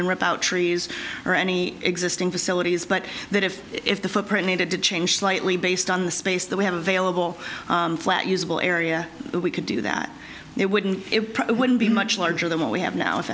and rip out trees or any existing facilities but that if if the footprint needed to change slightly based on the space that we have available flat usable area we could do that and it wouldn't it probably wouldn't be much larger than what we have now